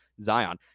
Zion